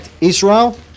Israel